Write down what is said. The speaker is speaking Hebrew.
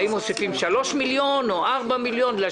האם מוסיפים 3 מיליון שקל או 4 מיליון שקל,